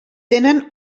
tenen